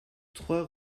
trois